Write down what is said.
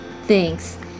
Thanks